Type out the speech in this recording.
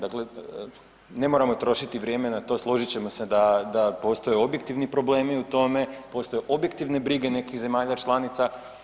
Dakle, ne moramo trošiti vrijeme na to, složit ćemo se da postoje objektivni problemi u tome, postoje objektivne brige nekih zemalja članica.